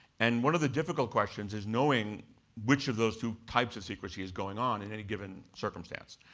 and one of the difficult questions is knowing which of those two types of secrecy is going on in any given circumstance.